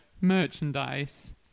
merchandise